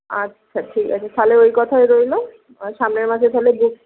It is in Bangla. আচ্ছা ঠিক আছে তাহলে ওই কথাই রইল সামনের মাসে তাহলে বুক